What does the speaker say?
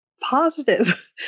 positive